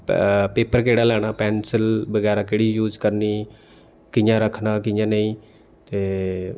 paper केह्ड़ा लैना pencil बगैरा केह्ड़ी यूज करनी कि'यां रक्खना कि'यां नेईं ते